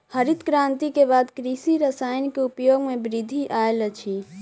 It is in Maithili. हरित क्रांति के बाद कृषि रसायन के उपयोग मे वृद्धि आयल अछि